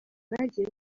bagiye